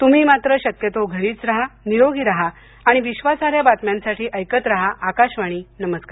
तुम्ही मात्र शक्यतो घरीच राहा निरोगी राहा आणि विश्वासार्ह बातम्यांसाठी ऐकत राहा आकाशवाणी नमस्कार